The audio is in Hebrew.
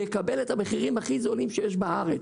יקבל אתה מחירים הכי זולים שיש בארץ.